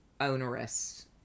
onerous